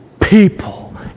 people